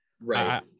Right